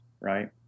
right